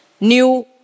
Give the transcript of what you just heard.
new